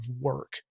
work